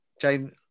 Jane